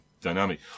Dynamic